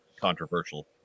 controversial